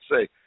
say